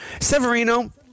Severino